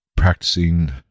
practicing